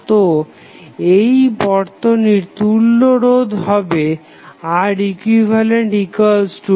তো এই বর্তনীর তুল্য রোধ হবে Req24